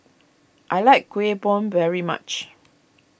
I like Kuih Bom very much